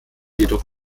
jedoch